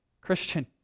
Christian